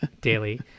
daily